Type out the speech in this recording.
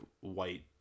white